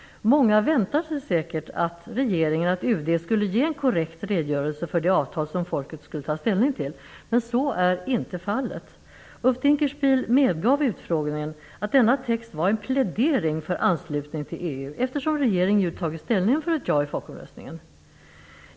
Många väntade sig säkert att regeringen och UD skulle ge en korrekt redogörelse för det avtal som folket skulle ta ställning till. Så är inte fallet. Ulf Dinkelspiel medgav vid utfrågningen att denna text var en plädering för anslutning till EU, eftersom regeringen ju tagit ställning för ett ja i folkomröstningen.